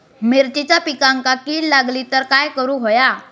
मिरचीच्या पिकांक कीड लागली तर काय करुक होया?